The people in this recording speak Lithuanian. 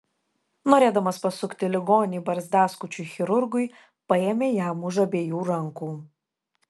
norėdamas pasukti ligonį barzdaskučiui chirurgui paėmė jam už abiejų rankų